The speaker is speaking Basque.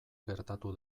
gertatu